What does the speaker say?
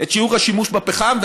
את שיעור השימוש בפחם,